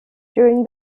during